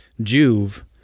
Juve